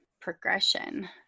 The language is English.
progression